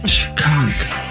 Chicago